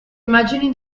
immagini